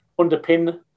underpin